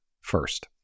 first